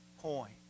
point